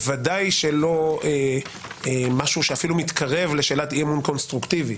בוודאי לא משהו שאפילו מתקרב לשאלת אי-אמון קונסטרוקטיבי.